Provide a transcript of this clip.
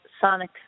sonic